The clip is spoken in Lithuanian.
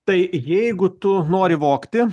tai jeigu tu nori vogti